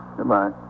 Goodbye